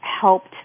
helped